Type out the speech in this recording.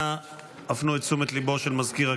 אנא הפנו את תשומת ליבו של מזכיר הכנסת,